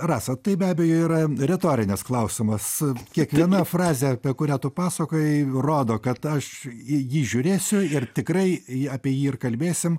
rasa tai be abejo yra retorinis klausimas kiekviena frazė apie kurią tu pasakojai rodo kad aš jį žiūrėsiu ir tikrai jį apie jį ir kalbėsim